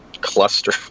cluster